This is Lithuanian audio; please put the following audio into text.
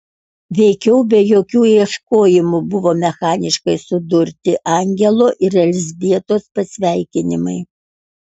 veikiau be jokių ieškojimų buvo mechaniškai sudurti angelo ir elzbietos pasveikinimai